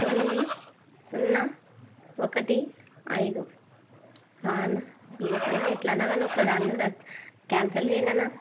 తొమ్మిది సున్నా ఒకటి ఐదు ఆ అన్నా ప్లీజ్ అన్నా ఎట్లైనా కానీ ఒక దాన్ని ర క్యాన్సల్ చేయండి అన్నా